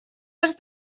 has